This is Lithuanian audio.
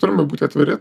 turime būti atviri